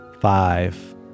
Five